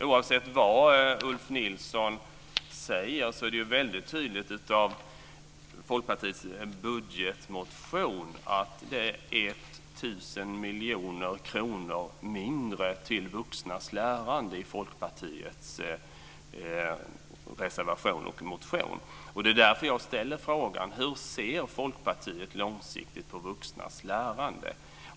Oavsett vad Ulf Nilsson säger framgår det väldigt tydligt av Folkpartiets budgetmotion och reservation att det anslås 1 000 miljoner kronor mindre till vuxnas lärande. Det är därför som jag ställer frågan: Hur ser Folkpartiet långsiktigt på vuxnas lärande?